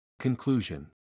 Conclusion